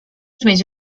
mieć